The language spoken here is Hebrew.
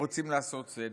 רוצים לעשות סדר,